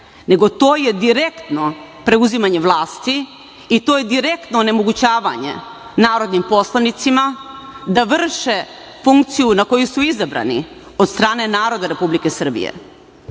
nego to je direktno preuzimanje vlasti i to je direktno onemogućavanje narodnim poslanicima da vrše funkciju na koju su izabrani od strane narodna Republike Srbije. Druga